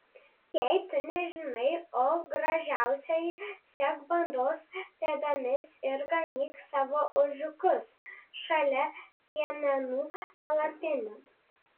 jei tu nežinai o gražiausioji sek bandos pėdomis ir ganyk savo ožiukus šalia piemenų palapinių